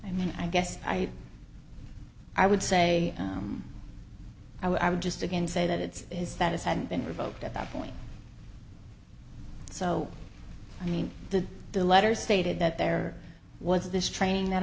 i mean i guess i i would say i would i would just again say that it's his that is had been revoked at that point so i mean the the letter stated that there was this training that